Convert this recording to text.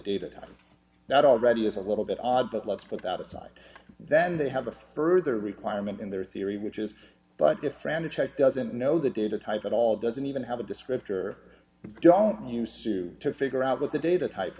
data that already is a little bit odd but let's put that aside then they have a further requirement in their theory which is but if random check doesn't know the data type at all doesn't even have a descriptor don't use to figure out what the data type